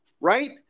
right